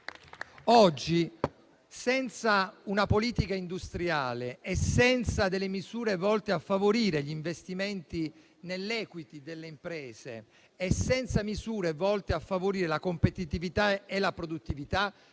Oggi, senza una politica industriale e senza delle misure volte a favorire gli investimenti nell'*equity* delle imprese e la competitività e la produttività,